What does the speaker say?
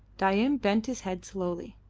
dain bent his head slowly.